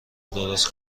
درست